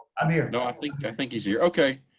i mean you know think, i think he's here. okay,